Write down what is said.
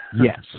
Yes